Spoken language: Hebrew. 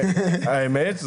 האמת?